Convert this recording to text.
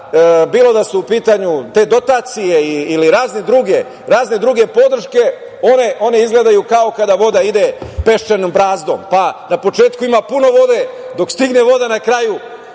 bilo da su u pitanju te dotacije ili razne druge podrške, one izgledaju kao kada voda ide peščanom brazdom, pa na početku ima puno vode, dok stigne voda, na kraju